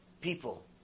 people